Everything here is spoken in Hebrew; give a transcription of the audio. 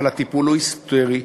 אבל הטיפול הוא היסטרי,